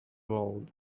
world